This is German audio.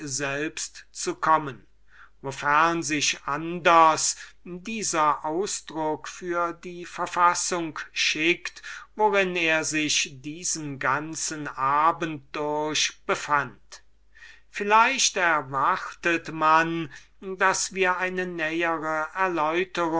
selbst zu kommen wofern sich anders dieser ausdruck für die verfassung schickt in der er sich diesen ganzen abend durch befand vielleicht erwartet man daß wir eine nähere erläuterung